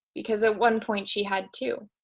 because at one point, she had, too.